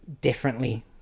differently